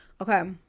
okay